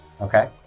Okay